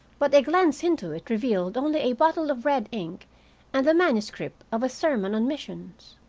but a glance into it revealed only a bottle of red ink and the manuscript of a sermon on missions.